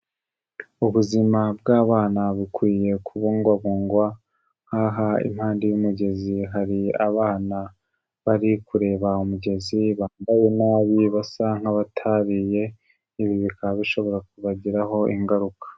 Ubuzima bw'abana bukwiye kubungwabungwa, nk'aha impande y'umugezi hari abana bari kureba umugezi bambaye nabi, basa nk'abatariye, ibi bikaba bishobora kubagiraho ingaruka.